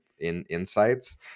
insights